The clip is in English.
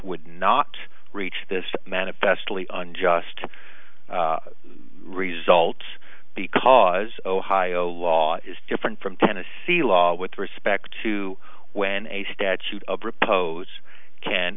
would not reach this manifestly and just results because ohio law is different from tennessee law with respect to when a statute of repose can